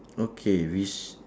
okay we s~